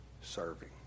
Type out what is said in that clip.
serving